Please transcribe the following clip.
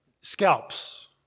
scalps